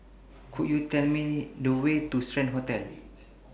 Could YOU Tell Me The Way to Strand Hotel